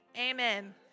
amen